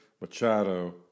Machado